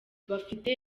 bafite